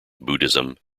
buddhism